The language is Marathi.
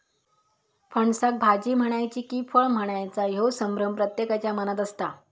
फणसाक भाजी म्हणायची कि फळ म्हणायचा ह्यो संभ्रम प्रत्येकाच्या मनात असता